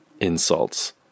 insults